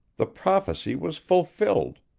the prophecy was fulfilled.